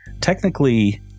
Technically